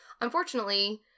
Unfortunately